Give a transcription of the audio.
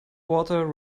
water